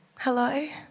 Hello